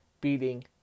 beating